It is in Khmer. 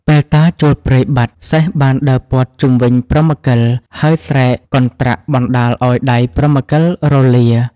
ពេលតាចូលព្រៃបាត់ សេះបានដើរព័ទ្ធជុំវិញព្រហ្មកិល ហើយស្រែកកន្ត្រាក់បណ្តាលឱ្យដៃព្រហ្មកិលរលា ។